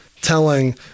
telling